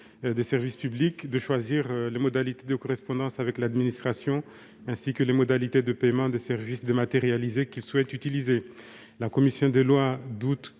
des services publics de choisir les modalités de correspondance avec l'administration, ainsi que les modalités de paiement des services dématérialisés qu'ils souhaitent utiliser. La commission des lois doute